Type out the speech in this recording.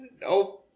Nope